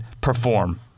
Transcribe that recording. perform